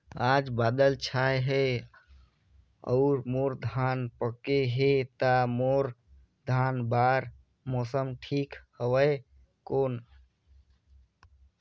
आज बादल छाय हे अउर मोर धान पके हे ता मोर धान बार मौसम ठीक हवय कौन?